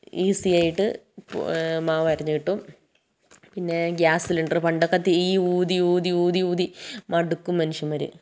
ഈസിയായിട്ട് മാവരഞ്ഞുകിട്ടും പിന്നെ ഗ്യാസ് സിലിണ്ടർ പണ്ടൊക്കെ തീ ഊതി ഊതി ഊതി ഊതി മടുക്കും മനുഷ്യന്മാർ